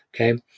Okay